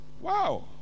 Wow